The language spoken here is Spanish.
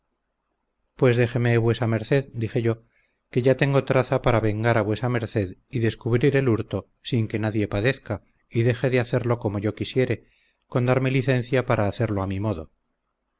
pues déjeme vuesa merced dije yo que ya tengo traza para vengar a vuesa merced y descubrir el hurto sin que nadie padezca y deje de hacerlo como yo quisiere con darme licencia para hacerlo a mi modo